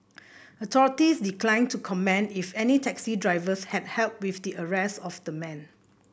authorities declined to comment if any taxi drivers had help with the arrest of the man